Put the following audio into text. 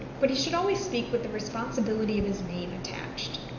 but he should always speak with the responsibility of his name attached.